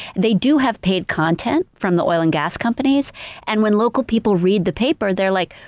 they do have paid content from the oil and gas companies and when local people read the paper, they're like,